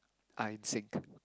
are in sync